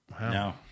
No